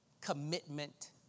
commitment